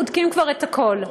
בודקים כבר את הכול.